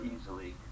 easily